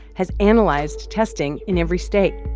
has analyzed testing in every state.